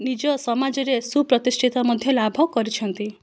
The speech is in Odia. ନିଜ ସମାଜରେ ସୁପ୍ରତିଷ୍ଠିତ ମଧ୍ୟ ଲାଭ କରିଛନ୍ତି